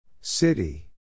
City